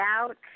out